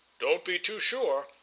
don't be too sure!